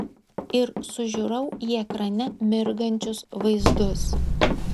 ir sužiurau į ekrane mirgančius vaizdus